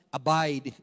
abide